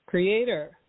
Creator